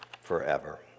forever